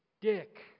Dick